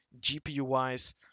GPU-wise